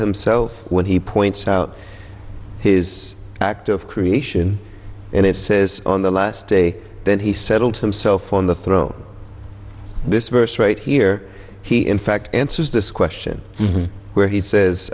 himself when he points out his act of creation and it says on the last day that he settled himself on the throne this verse right here he in fact answers this question where he says